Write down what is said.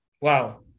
Wow